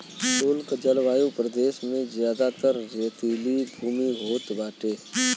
शुष्क जलवायु प्रदेश में जयादातर रेतीली भूमि होत बाटे